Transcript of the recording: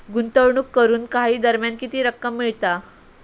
गुंतवणूक करून काही दरम्यान किती रक्कम मिळता?